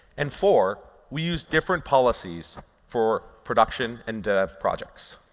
and four, we use different policies for production and dev projects.